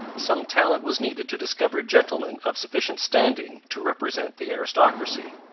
some talent was needed to discover gentlemen of sufficient standing to represent the aristocracy.